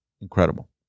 incredible